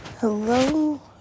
Hello